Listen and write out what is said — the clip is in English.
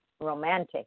romantic